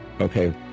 Okay